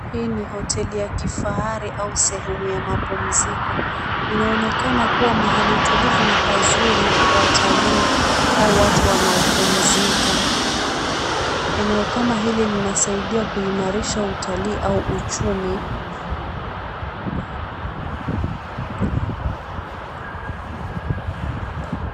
Hii ni hoteli ya kifahari au sehemu ya mapumziko. Inaonekana kuwa mahali tulivu na pazuri kwa watalii au watu wanao pumzika. Eneo kama hili linasaidia kuimarisha utalii au uchumi.